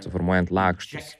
suformuojant laksčius